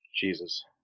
Jesus